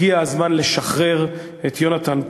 הגיע הזמן לשחרר את יונתן פולארד.